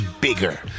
bigger